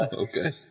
okay